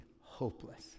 hopeless